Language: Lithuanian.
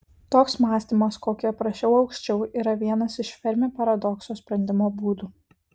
toks mąstymas kokį aprašiau aukščiau yra vienas iš fermi paradokso sprendimo būdų